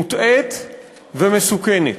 מוטעית ומסוכנת.